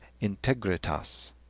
integritas